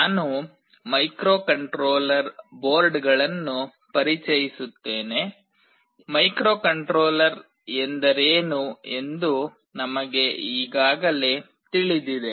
ನಾನು ಮೈಕ್ರೊಕಂಟ್ರೋಲರ್ ಬೋರ್ಡ್ಗಳನ್ನು ಪರಿಚಯಿಸುತ್ತೇನೆ ಮೈಕ್ರೊಕಂಟ್ರೋಲರ್ ಎಂದರೇನು ಎಂದು ನಮಗೆ ಈಗಾಗಲೇ ತಿಳಿದಿದೆ